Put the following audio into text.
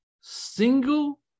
single